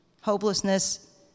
hopelessness